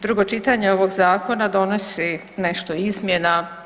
Drugo čitanje ovog zakona donosi nešto izmjena.